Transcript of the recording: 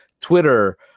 Twitter